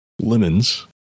Lemons